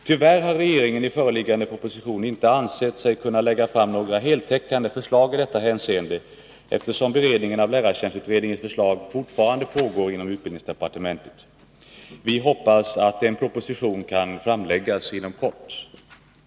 Tyvärr har regeringen i föreliggande proposition inte ansett sig kunna lägga fram några heltäckande förslag i dessa hänseenden, eftersom beredningen av lärartjänstutredningens förslag fortfarande pågår inom utbildningsdepartementet. Vi hoppas att en proposition med sådana förslag kan framläggas inom kort.